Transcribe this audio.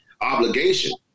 obligation